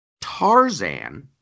Tarzan